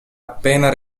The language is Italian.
appena